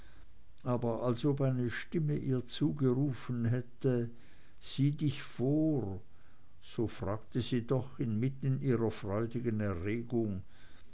aber als ob eine stimme ihr zugerufen hätte sieh dich vor so fragte sie doch inmitten ihrer freudigen erregung